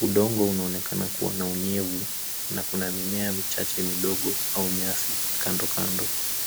Udongo unaonekana kuwa na unyevu na kuna mimea michache ya udogo au nyasi kando kando.